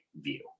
view